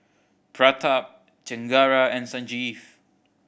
Pratap Chengara and Sanjeev